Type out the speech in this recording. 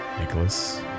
Nicholas